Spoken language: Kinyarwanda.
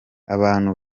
abantu